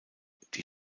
die